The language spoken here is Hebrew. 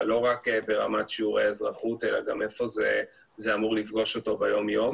לא רק ברמת שיעורי אזרחות אלא גם איפה זה אמור לפגוש אותו ביומיום,